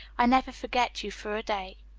i never forget you for a day